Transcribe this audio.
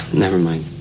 nevermind